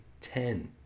Ten